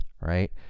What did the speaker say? right